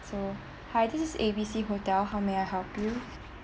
so hi this is A B C hotel how may I help you